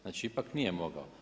Znači ipak nije mogao.